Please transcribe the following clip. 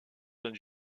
dans